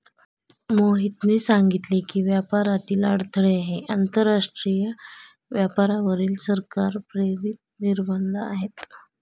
मोहितने सांगितले की, व्यापारातील अडथळे हे आंतरराष्ट्रीय व्यापारावरील सरकार प्रेरित निर्बंध आहेत